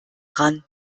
dran